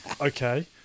Okay